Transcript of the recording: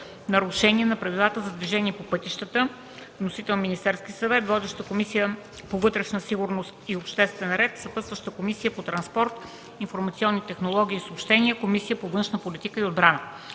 нарушения на правилата за движение по пътищата. Вносител е Министерският съвет. Водеща е Комисията по вътрешна сигурност и обществен ред. Съпътстващи са Комисията по транспорт, информационни технологии и съобщения и Комисията по външна политика и отбрана.